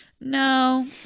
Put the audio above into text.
No